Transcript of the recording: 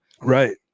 right